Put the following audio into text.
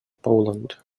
poland